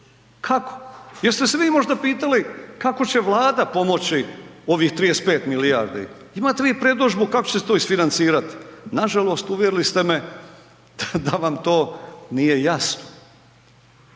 Kako? Jeste se vi možda pitali kako će Vlada pomoći ovih 35 milijardi, imate li vi predodžbu kako će se to isfinancirati? Nažalost uvjerili ste me da vam to nije jasno.